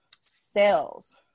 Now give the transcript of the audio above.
Sales